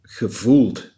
gevoeld